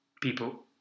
people